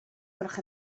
gwelwch